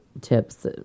tips